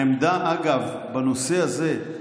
העמדה, אגב, בנושא הזה,